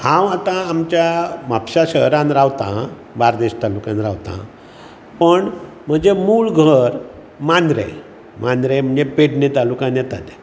हांव आतां आमच्या म्हापशा शहरांत रावतां बार्देस तालुक्यांत रावतां पूण म्हजें मूळ घर मांद्रे मांद्रे म्हणजे पेडणे तालुक्यांत येता तें